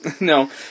No